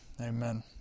Amen